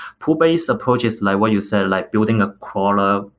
pull-based approach is like what you said, like building a column.